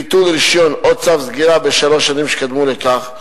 ביטול רשיון או צו סגירה בשלוש השנים שקדמו לכך.